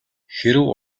хэрэв